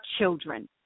children